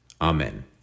Amen